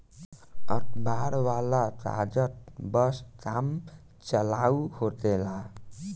अखबार वाला कागज बस काम चलाऊ होखेला